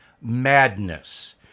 madness